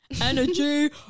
energy